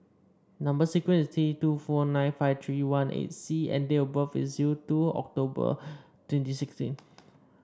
number sequence is T two four nine five three one eight C and date of birth is zero two October twenty sixteen